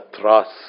trust